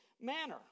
manner